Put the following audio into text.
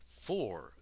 Four